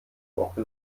woche